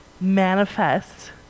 manifest